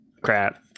Crap